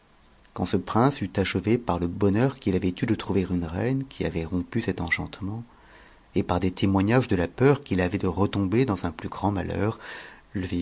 quand ce prince eut achevé par le bonheur qu'il avait eu de trouver une reine qui avait rompu cet enchantement et par des témoignages de la peur qu'il avait de retomber dans un plus grand malheur